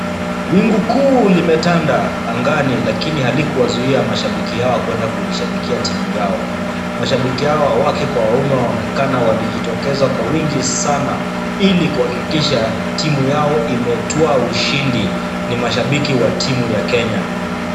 Wingu kuu limetanda angani lakini halikuwazuia mashabiki hawa kuenda kushabikia timu yao. Mashabiki hawa wake kwa waume waonekana walijitokeza kwa wingi sana ili kuhakikisha timu yao imetwaa ushindi. Ni mashabiki wa timu ya Kenya.